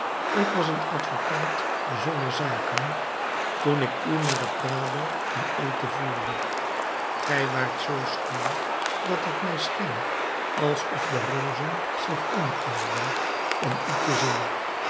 ik was een advocaat zonder zaken toen ik u naar het prado ten eten voerde gij waart zoo schoon dat het mij scheen alsof de rozen zich omkeerden om u te zien